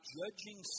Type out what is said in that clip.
judging